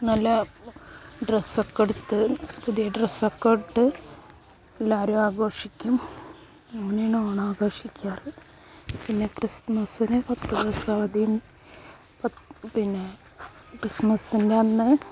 നല്ല ഡ്രസ്സൊക്കെ എടുത്ത് പുതിയ ഡ്രസ്സൊക്കെ ഇട്ട് എല്ലാവരും ആഘോഷിക്കും അങ്ങനെയാണ് ഓണം ആഘോഷിക്കാറ് പിന്നെ ക്രിസ്മസിന് പത്തു ദിവസം അവധിയും പിന്നെ ക്രിസ്മസിൻ്റെ അന്ന്